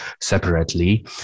separately